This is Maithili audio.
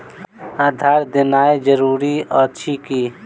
आधार देनाय जरूरी अछि की?